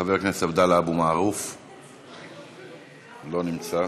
חבר הכנסת עבדאללה אבו מערוף, לא נמצא,